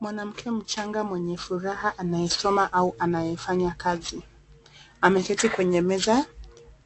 Mwanamke mchanga mwenye furaha anayesma au anayefanya kazi ameketi kwenye meza